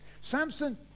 Samson